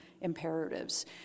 imperatives